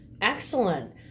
excellent